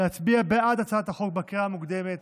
להצביע בעד הצעת החוק בקריאה המוקדמת,